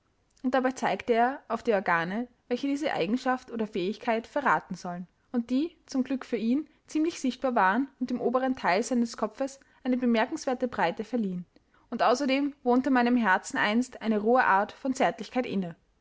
und dabei zeigte er auf die organe welche diese eigenschaft oder fähigkeit verraten sollen und die zum glück für ihn ziemlich sichtbar waren und dem oberen teil seines kopfes eine bemerkenswerte breite verliehen und außerdem wohnte meinem herzen einst eine rohe art von zärtlichkeit inne